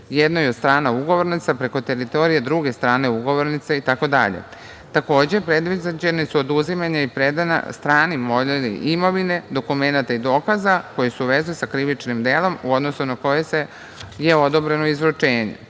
jednoj od strana ugovornica preko teritorije druge strane ugovornice itd. Takođe, predviđene su oduzimanje i predaja stvari molilje imovine dokumenata i dokaza koji su u vezi sa krivičnim delom u odnosu na koje je odobreno izručenje.